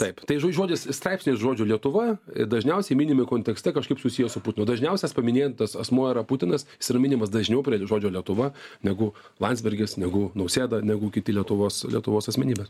taip tai žo žodis straipsnis žodžiu lietuva dažniausiai minimi kontekste kažkaip susiję su putinu dažniausias paminėtas asmuo yra putinas jis yra minimas dažniau prie žodžio lietuva negu landsbergis negu nausėda negu kiti lietuvos lietuvos asmenybės